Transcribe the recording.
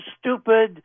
stupid